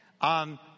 On